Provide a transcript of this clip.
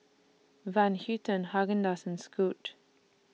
Van Houten Haagen Dazs and Scoot